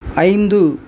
ஐந்து